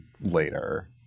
later